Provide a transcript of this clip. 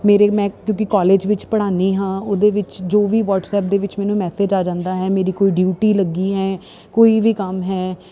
ਮੇਰੇ ਮੈਂ ਕਿਉਂਕਿ ਕਾਲਜ ਵਿੱਚ ਪੜਾਉਂਦੀ ਹਾਂ ਉਹਦੇ ਵਿੱਚ ਜੋ ਵੀ ਵਟਸਅਪ ਦੇ ਵਿੱਚ ਮੈਨੂੰ ਮੈਸੇਜ ਆ ਜਾਂਦਾ ਹੈ ਮੇਰੀ ਕੋਈ ਡਿਊਟੀ ਲੱਗੀ ਹੈ ਕੋਈ ਵੀ ਕੰਮ ਹੈ